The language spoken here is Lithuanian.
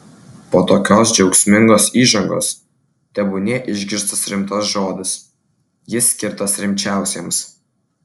po tokios džiaugsmingos įžangos tebūnie išgirstas rimtas žodis jis skirtas rimčiausiems